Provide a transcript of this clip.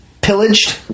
pillaged